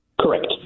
Correct